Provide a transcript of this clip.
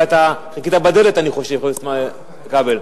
חיכית בדלת, חבר הכנסת כבל?